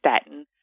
statin